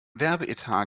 werbeetat